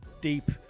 deep